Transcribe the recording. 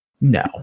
no